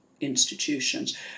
institutions